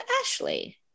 Ashley